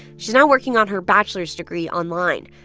she's now working on her bachelor's degree online.